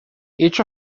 each